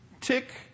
Tick